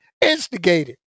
Instigated